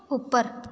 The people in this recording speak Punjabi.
ਉੱਪਰ